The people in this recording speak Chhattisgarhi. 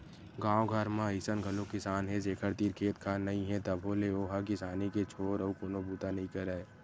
गाँव घर म अइसन घलोक किसान हे जेखर तीर खेत खार नइ हे तभो ले ओ ह किसानी के छोर अउ कोनो बूता नइ करय